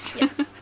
Yes